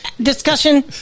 discussion